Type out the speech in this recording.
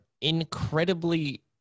incredibly